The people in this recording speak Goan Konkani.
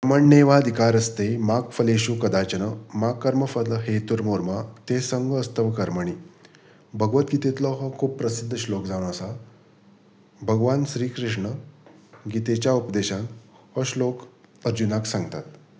कर्मण्येवाधिकारस्ते मा फलेषु कदाचन मा कर्मफलहेतुर्भूर्मा ते सङ्गोऽस्त्वकर्मणि भगवत गीतेंतलो हो खूब प्रसिद्द श्लोक जावन आसा भगवान श्री कृष्ण गीतेच्या उपदेशांत हो श्लोक अजुनाक सांगतात